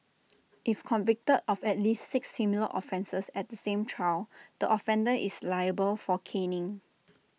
if convicted of at least six similar offences at the same trial the offender is liable for caning